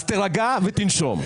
אז, תירגע ותנשום.